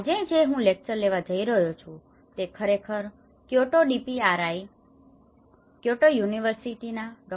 આજે જે લેક્ચર જે હું આપવા જઈ રહ્યો છું તે ખરેખર ક્યોટો ડીપીઆરઆઈ ક્યોટો યુનિવર્સીટી ના ડો